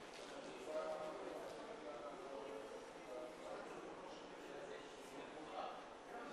הצביעו, 119 חברי הכנסת, מעטפות כשרות, 119,